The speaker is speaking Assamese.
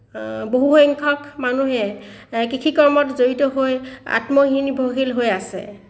বহুসংখ্যক মানুহে কৃষি কৰ্মত জড়িত হৈ আত্মনিৰ্ভৰশীল হৈ আছে